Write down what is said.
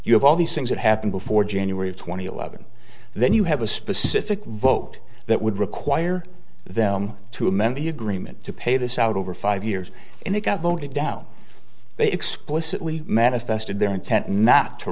you have all these things that happen before january of two thousand and eleven then you have a specific vote that would require them to amend the agreement to pay this out over five years and it got voted down they explicitly manifested their intent not to